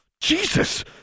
Jesus